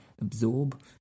absorb